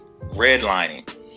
Redlining